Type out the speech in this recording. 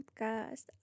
podcast